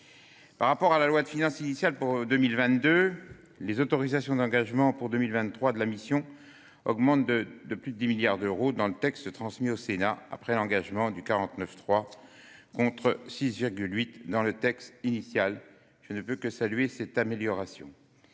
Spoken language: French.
Par rapport à la loi de finances initiale pour 2022, les autorisations d'engagement de la mission pour 2023 augmentent de plus de 10 milliards d'euros dans le texte transmis au Sénat après l'engagement de l'article 49.3, contre 6,8 milliards d'euros dans le texte initial. Je ne puis que saluer cette amélioration.